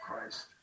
Christ